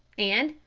and,